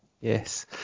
Yes